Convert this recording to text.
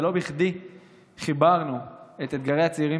ולא בכדי חיברנו את אתגרי הצעירים